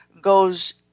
goes